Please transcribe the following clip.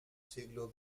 siglo